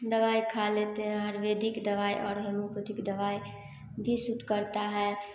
दवाई खा लेते हैं आयुर्वेदिक दवाई और हेमोपेथीक दवाई भी शूट करता है